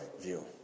view